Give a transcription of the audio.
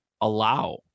allow